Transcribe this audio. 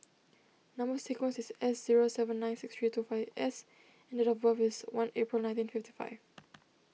Number Sequence is S zero seven nine six three two five S and date of birth is one April nineteen fifty five